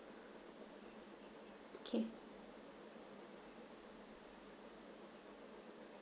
okay